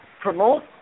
promote